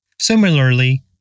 Similarly